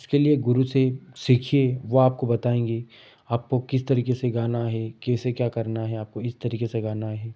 उसके लिए गुरू से सीखिए वो आपको बताएँगे आपको किस तरीके से गाना है कैसे क्या करना है आपको इस तरीक से गाना है